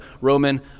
Roman